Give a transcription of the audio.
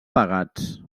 pagats